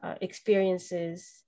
experiences